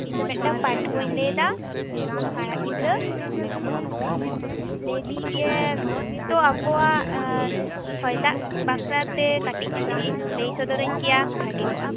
ᱤᱧᱫᱚ ᱢᱫᱫᱴᱟᱝ ᱯᱟᱹᱴᱷᱩᱣᱟᱹᱧ ᱞᱟᱹᱭᱮᱫᱟ ᱯᱟᱲᱟᱜ ᱜᱤᱫᱽᱨᱟᱹ ᱞᱟᱹᱭᱫᱤᱧ ᱡᱮ ᱱᱤᱛᱚ ᱟᱵᱚᱣᱟ ᱦᱚᱭ ᱫᱟᱜ ᱵᱟᱠᱷᱨᱟᱛᱮ ᱠᱟᱹᱴᱤᱡ ᱡᱩᱫᱤᱢ ᱞᱟᱹᱭ ᱥᱚᱫᱚᱨᱟᱧ ᱠᱮᱭᱟ ᱵᱷᱟᱹᱜᱮ ᱠᱚᱜᱼᱟ